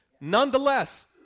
Nonetheless